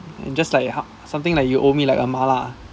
and just like ho~ something like you owe me like a mala